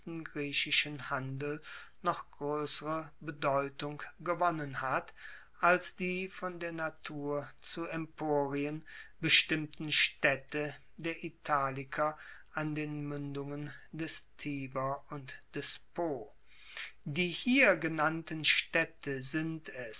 griechischen handel noch groessere bedeutung gewonnen hat als die von der natur zu emporien bestimmten staedte der italiker an den muendungen des tiber und des po die hier genannten staedte sind